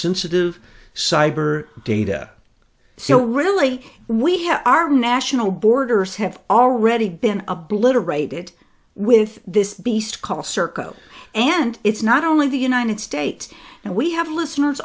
sensitive cyber data so really we have our national borders have already been a blitter rated with this beast called serco and it's not only the united states and we have listeners